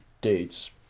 dates